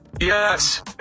Yes